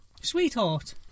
Sweetheart